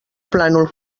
plànol